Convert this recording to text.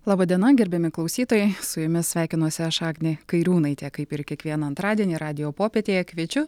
laba diena gerbiami klausytojai su jumis sveikinuosi aš agnė kairiūnaitė kaip ir kiekvieną antradienį radijo popietėje kviečiu